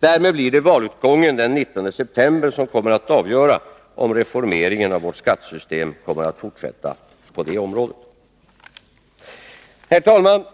Därmed blir det valutgången den 19 september som kommer att avgöra om reformeringen av vårt skattesystem kommer att fortsätta på det området. Herr talman!